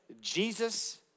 Jesus